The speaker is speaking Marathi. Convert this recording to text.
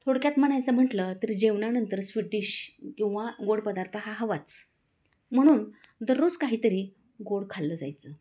थोडक्यात म्हणायचं म्हटलं तरी जेवणानंतर स्वीट डिश किंवा गोड पदार्थ हा हवाच म्हणून दररोज काहीतरी गोड खाल्लं जायचं